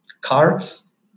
cards